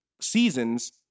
seasons